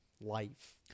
life